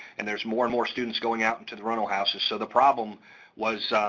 and there's more and more students going out into the rental houses. so the problem was,